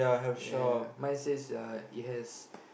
ya mine says ya it has